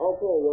Okay